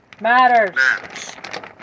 Matters